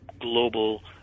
global